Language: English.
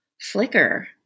flicker